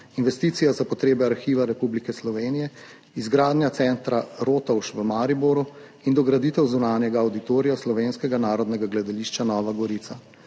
investicija za potrebe Arhiva Republike Slovenije, izgradnja Centra Rotovž v Mariboru in dograditev zunanjega avditorija Slovenskega narodnega gledališča Nova Gorica.